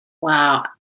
Wow